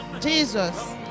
Jesus